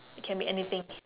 it can be anything